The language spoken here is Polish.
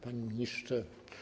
Panie Ministrze!